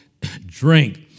drink